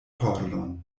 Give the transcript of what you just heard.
pordon